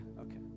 Okay